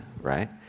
right